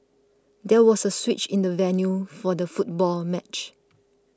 there was a switch in the venue for the football match